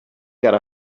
got